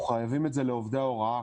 אנחנו חייבים את זה לעובדי ההוראה,